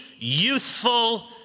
youthful